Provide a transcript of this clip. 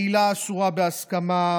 בעילה אסורה בהסכמה,